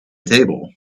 table